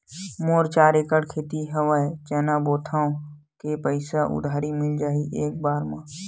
मोर चार एकड़ खेत हवे चना बोथव के पईसा उधारी मिल जाही एक बार मा?